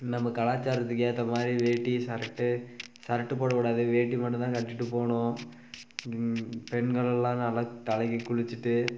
நம்ம கலாச்சாரத்துக்கு ஏற்ற மாதிரி வேட்டி ஷர்ட்டு ஷர்ட்டு போடக்கூடாது வேட்டி மட்டும்தான் கட்டிகிட்டு போகணும் பெண்களெலாம் நல்லா தலைக்கு குளிச்சுட்டு